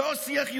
לא, לא.